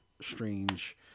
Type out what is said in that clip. strange